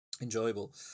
enjoyable